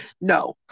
No